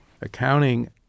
accounting